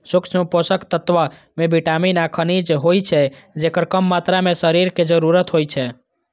सूक्ष्म पोषक तत्व मे विटामिन आ खनिज होइ छै, जेकर कम मात्रा मे शरीर कें जरूरत होइ छै